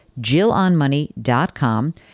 jillonmoney.com